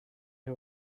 who